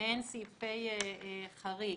מעין סעיפי חריג.